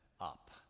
up